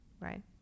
right